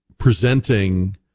presenting